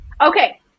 Okay